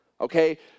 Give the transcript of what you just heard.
Okay